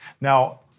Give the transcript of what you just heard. Now